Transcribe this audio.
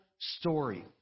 story